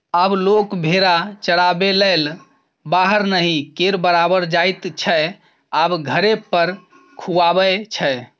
आब लोक भेरा चराबैलेल बाहर नहि केर बराबर जाइत छै आब घरे पर खुआबै छै